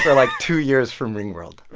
like, two years from ringworld